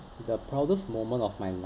the proudest moment of my life